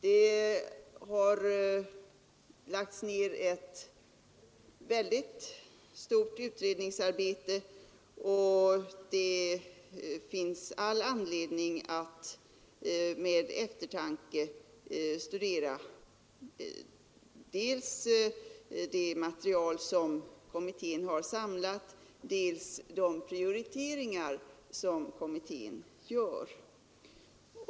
Det har lagts ner ett stort utredningsarbete, och det finns 49 all anledning att med eftertanke studera dels det material som kommittén har samlat, dels de prioriteringar som kommittén gör.